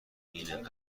بین